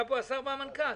נמצאים פה השר והמנכ"ל.